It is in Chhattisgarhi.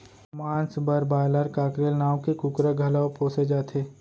मांस बर बायलर, कॉकरेल नांव के कुकरा घलौ पोसे जाथे